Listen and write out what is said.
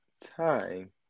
time